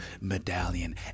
medallion